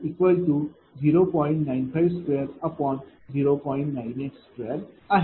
982 आहे